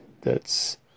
thats